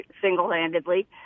single-handedly